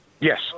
Yes